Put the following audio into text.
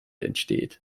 entsteht